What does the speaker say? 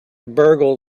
burgle